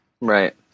Right